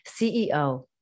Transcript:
CEO